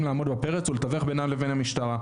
לעמוד בפרץ ולתווך בינם לבין המשטרה,